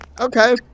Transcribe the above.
Okay